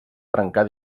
trencar